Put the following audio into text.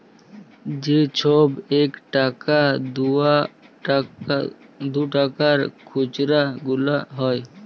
যে ছব ইকটাকা দুটাকার খুচরা গুলা হ্যয়